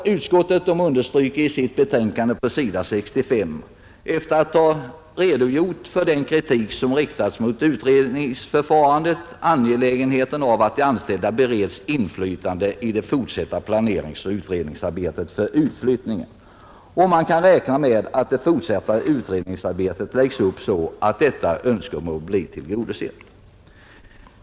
Utskottet understryker i sitt betänkande på s. 65, efter att ha redogjort för den kritik som riktats mot utredningsförfarandet, angelägenheten av att de anställda bereds inflytande i det fortsatta planeringsoch utredningsarbetet för utflyttningen. Man kan räkna med att det fortsatta utredningsarbetet läggs upp så att detta önskemål blir tillgodosett.